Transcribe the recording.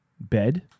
bed